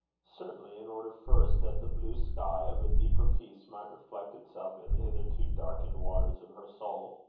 certainly in order first that the blue sky of a deeper peace might reflect itself in the hitherto darkened waters of her soul.